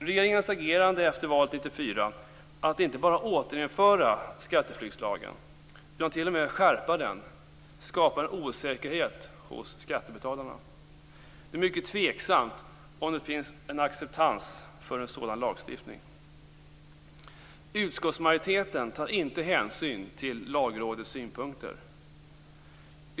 Regeringens agerande efter valet 1994 - det gäller då att inte bara återinföra skatteflyktslagen utan att t.o.m. också skärpa den - skapar en osäkerhet hos skattebetalarna. Det är mycket tveksamt om det finns en acceptans för en sådan lagstiftning. Utskottsmajoriteten tar inte hänsyn till Lagrådets synpunkter.